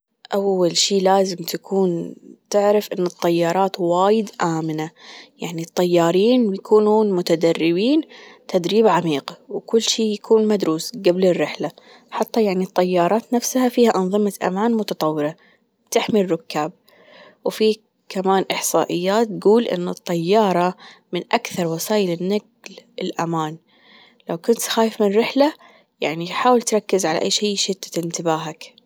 أول شي لازم تكون تعرف إن الطيارات وايد آمنة، يعني الطيارين بيكونون متدربين تدريب عميق وكل شي يكون مدروس جبل الرحلة حتى يعني الطيارات نفسها فيها أنظمة أمان متطورة تحمي الركاب وفي كمان إحصائيات تجول إنه الطيارة من أكثر وسائل النقل الأمان لو كنت خايف من رحلة يعني حاول تركز على أي شي يشتت إنتباهك.